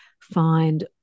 find